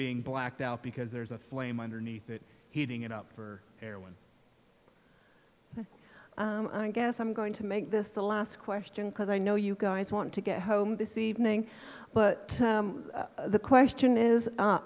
being blacked out because there's a flame underneath it heating it up for air one i guess i'm going to make this the last question because i know you guys want to get home this evening but the question is